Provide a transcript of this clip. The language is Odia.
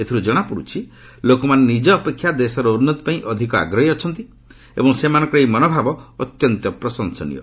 ଏଥିର୍ ଜଣାପଡ଼ୁଛି ଲୋକମାନେ ନିଜ ଅପେକ୍ଷା ଦେଶର ଉନ୍ନତି ପାଇଁ ଅଧିକ ଆଗ୍ରହୀ ଅଛନ୍ତି ଏବଂ ସେମାନଙ୍କର ଏହି ମନୋଭାବ ଅତ୍ୟନ୍ତ ପ୍ରଶଂସନୀୟ